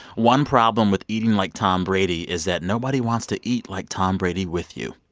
one problem with eating like tom brady is that nobody wants to eat like tom brady with you.